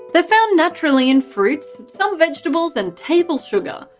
they're found naturally in fruits, some vegetables and table sugar.